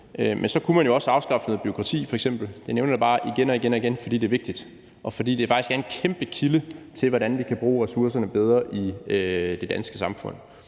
Men så kunne man f.eks. også afskaffe noget bureaukrati. Jeg nævner det bare igen og igen, fordi det er vigtigt, og fordi det faktisk er en kæmpe kilde til, hvordan vi kan bruge ressourcerne bedre i det danske samfund.